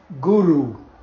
guru